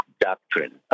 doctrine